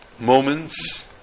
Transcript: Moments